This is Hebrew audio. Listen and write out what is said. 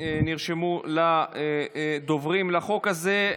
נרשמו דוברים לחוק הזה.